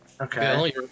Okay